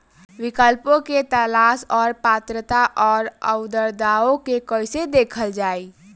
विकल्पों के तलाश और पात्रता और अउरदावों के कइसे देखल जाइ?